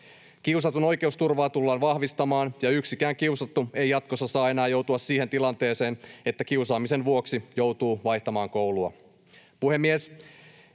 Kiusatun oikeusturvaa tullaan vahvistamaan, ja yksikään kiusattu ei jatkossa saa enää joutua siihen tilanteeseen, että kiusaamisen vuoksi joutuu vaihtamaan koulua.